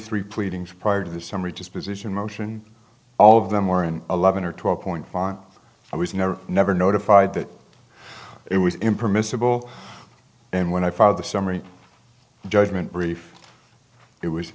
three pleadings prior to the summary just position motion all of them were in eleven or twelve point five i was never never notified that it was in permissible and when i followed the summary judgment brief it was